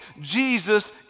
Jesus